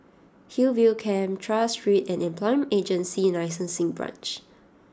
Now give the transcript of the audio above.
Hillview Camp Tras Street and Employment Agency Licensing Branch